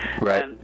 Right